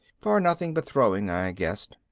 for nothing but throwing, i guessed.